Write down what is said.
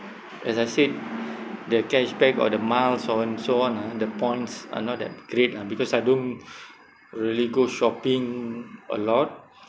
as I said the cash back or the miles on so on ah the points are not that great ah because I don't really go shopping a lot